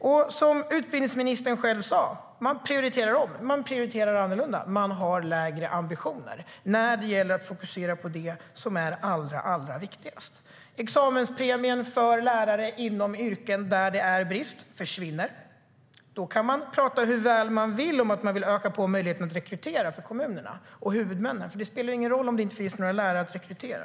Examenspremien för lärare inom yrken där det är brist försvinner. Då kan man tala hur väl man vill om att man vill öka möjligheterna för kommunerna och huvudmännen att rekrytera. Det spelar ingen roll om det inte finns några lärare att rekrytera.